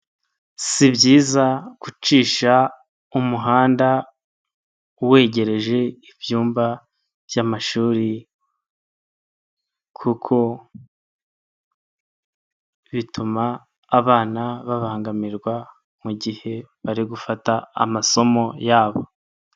Si byiza gucisha umuhanda uwegereje ibyumba by'amashuri kuko bituma abana babangamirwa mu gihe bari gufata amasomo yabo.